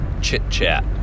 Chit-chat